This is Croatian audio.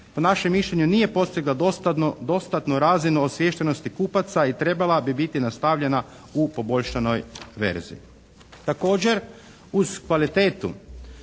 po našem mišljenju nije postigla dostatnu razinu osviještenosti kupaca i trebala bi biti nastavljena u poboljšanoj verziji. Također uz kvalitetu